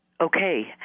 Okay